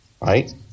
right